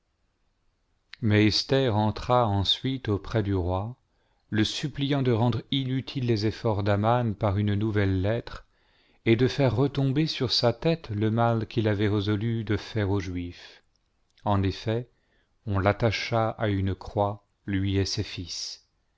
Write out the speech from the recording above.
mais esther entra ensuite auprès du roi le suppliant de rendre inatiles les efforts d'aman par une nouvelle lettre et de faire retomber sur sa tête le mal qu'il avait résolu dé faire aux juifs en effet on l'attacha à une croix lui et ses fils